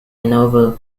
novel